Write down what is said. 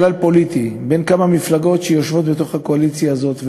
שלל פוליטי בין כמה מפלגות שיושבות בקואליציה הזאת,